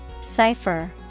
Cipher